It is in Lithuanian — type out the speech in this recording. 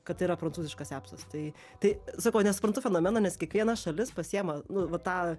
kad tai yra prancūziškas epsas tai tai sakau nesuprantu fenomeno nes kiekviena šalis pasiema nu va tą